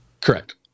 Correct